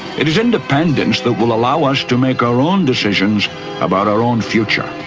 it is independence that will allow us to make our own decisions about our own future,